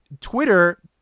Twitter